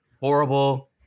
horrible